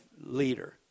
leader